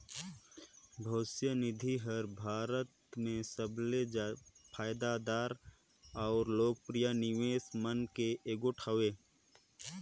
भविस निधि हर भारत में सबले फयदादार अउ लोकप्रिय निवेस मन में एगोट हवें